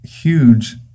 huge